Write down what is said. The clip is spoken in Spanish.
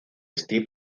steve